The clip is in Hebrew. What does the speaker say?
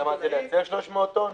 ואנחנו נייצא 300 טון?